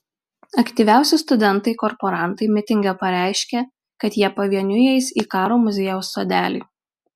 aktyviausi studentai korporantai mitinge pareiškė kad jie pavieniui eis į karo muziejaus sodelį